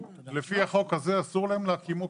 לפי החוק הזה אסור להם להקים מוקד.